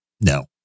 no